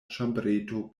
ĉambreto